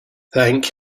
thank